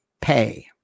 pay